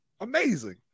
Amazing